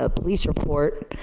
ah police report,